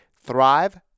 Thrive